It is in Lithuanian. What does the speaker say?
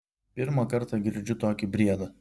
pirmą kartą girdžiu tokį briedą